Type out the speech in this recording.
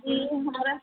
जी हमारा